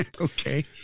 Okay